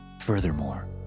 Furthermore